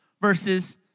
versus